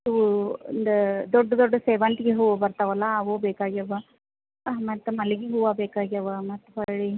ಹೂ ಒಂದು ದೊಡ್ಡ ದೊಡ್ಡ ಸೇವಂತ್ಗೆ ಹೂ ಬರ್ತಾವಲ್ಲ ಅವು ಬೇಕಾಗ್ಯವ ಮತ್ತೆ ಮಲ್ಲಿಗೆ ಹೂವು ಬೇಕಾಗ್ಯವ ಮತ್ತೆ ಹೊರ್ಳಿ